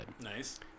Nice